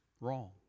wrong